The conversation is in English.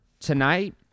tonight